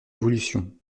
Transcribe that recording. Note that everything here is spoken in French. évolution